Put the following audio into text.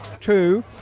two